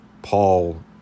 Paul